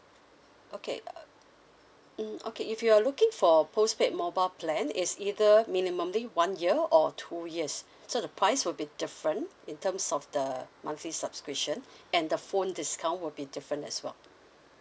okay uh mm okay if you're looking for postpaid mobile plan is either minimally one year or two years so the price will be different in terms of the monthly subscription and the phone discount will be different as well